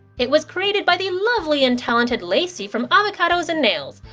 it was created by the lovely and talented lacey from avocados and ales!